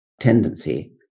tendency